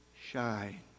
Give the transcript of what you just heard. shine